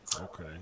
Okay